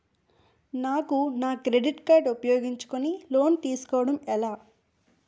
నాకు నా credit card ఉపయోగించుకుని లోన్ తిస్కోడం ఎలా?